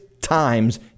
times